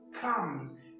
comes